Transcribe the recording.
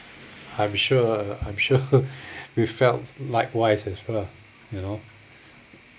I'm sure I'm sure we felt likewise as well you know